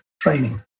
training